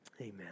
Amen